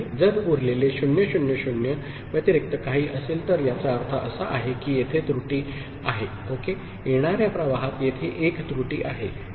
जर उरलेले 0 0 0 व्यतिरिक्त काही असेल तर याचा अर्थ असा आहे की येथे त्रुटी आहे ओके येणार्या प्रवाहात येथे एक त्रुटी आहेठीक आहे